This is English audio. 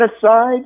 genocide